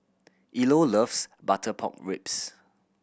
Ilo loves butter pork ribs